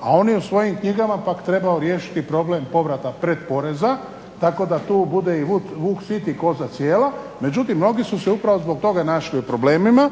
a on je u svojim knjigama pak trebao riješiti problem povrata predporeza tako da tu bude i vuk sit i koza cijela. Međutim, mnogi su se upravo zbog toga našli u problemima